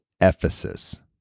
Ephesus